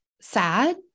sad